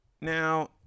now